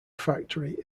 factory